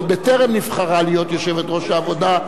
עוד בטרם נבחרה להיות יושבת-ראש העבודה,